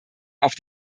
auf